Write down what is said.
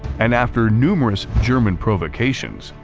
and after numerous german provocations,